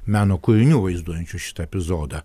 meno kūrinių vaizduojančių šitą epizodą